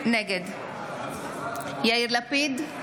נגד יאיר לפיד,